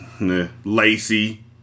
Lacey